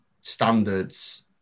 standards